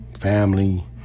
Family